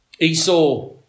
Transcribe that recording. Esau